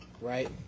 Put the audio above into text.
right